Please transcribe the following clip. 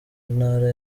ntara